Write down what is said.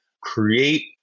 create